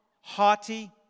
haughty